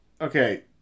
okay